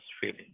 feeling